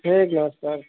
ठीक नमस्कार